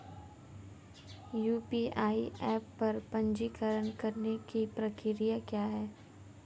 UPI app पर पंजीकरण करने की प्रक्रिया क्या है?